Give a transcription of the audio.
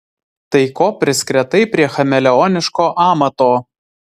tai ko priskretai prie chameleoniško amato